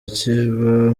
akiba